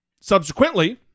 Subsequently